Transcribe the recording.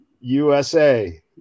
USA